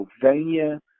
Pennsylvania